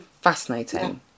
fascinating